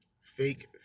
fake